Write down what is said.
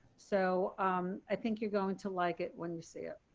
so i think you're going to like it when you see it.